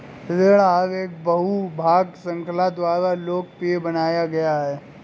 ऋण आहार एक बहु भाग श्रृंखला द्वारा लोकप्रिय बनाया गया था